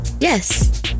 Yes